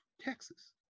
Texas